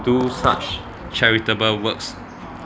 to do such charitable works